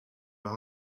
leur